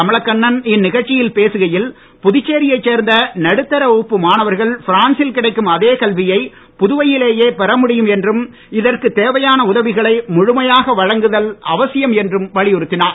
கமலக்கண்ணன் இந்நிகழ்ச்சியில் பேசுகையில் புதுச்சேரி யைச் சேர்ந்த நடுத்தர வகுப்பு மாணவர்கள் பிரான்சில் கிடைக்கும் அதே கல்வியை புதுவையிலேயே பெறமுடியும் என்றும் இதற்குத் தேசையான உதவிகளை முழுமையாக வழங்குதல் அவசியம் என்று வலியுறுத்தினார்